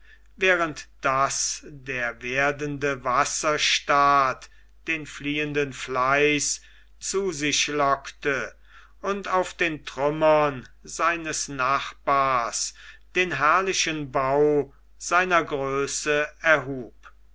während daß der werdende wasserstaat den fliehenden fleiß zu sich lockte und auf den trümmern seines nachbars den herrlichen bau seiner größe erhub